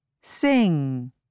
sing